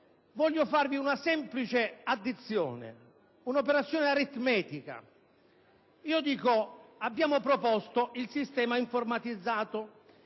voglio proporvi una semplice addizione, un'operazione aritmetica. Abbiamo proposto il sistema informatizzato;